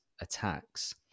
attacks